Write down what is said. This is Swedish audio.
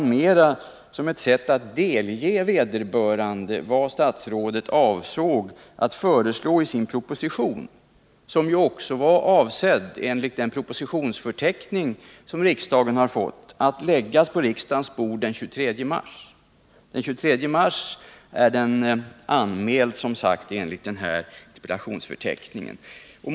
De upplevde dem snarare så, att statsrådet avsåg att delge vederbörande vad statsrådet ämnade föreslå i sin proposition, som ju enligt den propositionsförteckning som riksdagen fått var avsedd att läggas på riksdagens bord den 23 mars. Enligt förteckningen anmäldes propositionen den 23 mars.